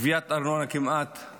גביית הארנונה נמוכה,